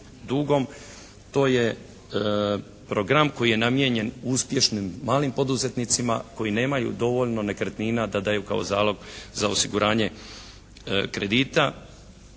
To je program koji je namijenjen uspješnim malim poduzetnicima koji nemaju dovoljno nekretnina da daju kao zalog za osiguranje kredita.